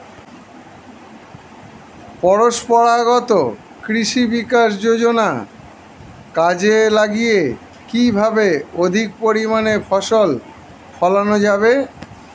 পরম্পরাগত কৃষি বিকাশ যোজনা কাজে লাগিয়ে কিভাবে অধিক পরিমাণে ফসল ফলানো যাবে?